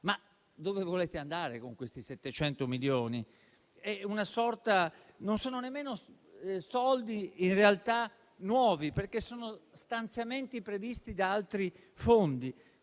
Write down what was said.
Dove volete andare con quei 700 milioni? Non sono nemmeno soldi nuovi in realtà, perché sono stanziamenti previsti da altri fondi